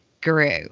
grew